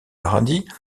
paradis